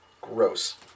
Gross